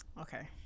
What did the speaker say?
Okay